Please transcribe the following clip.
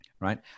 right